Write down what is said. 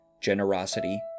generosity